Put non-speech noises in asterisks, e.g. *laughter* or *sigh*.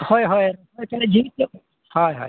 ᱦᱳᱭ ᱦᱳᱭ *unintelligible* ᱦᱳᱭ ᱦᱳᱭ